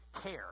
care